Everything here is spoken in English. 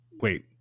Wait